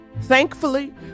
Thankfully